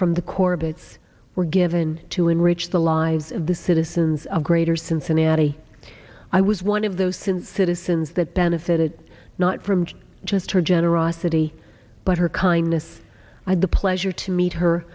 from the corbetts were given to enrich the lives of the citizens of greater cincinnati i was one of those since citizens that benefited not from just her generosity but her kindness i had the pleasure to meet her